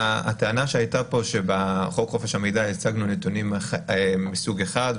הטענה שהייתה פה שבחוק חופש המידע הצגנו נתונים מסוג אחד,